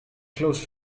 close